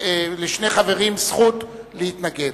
לשני החברים זכות להתנגד.